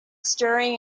stirring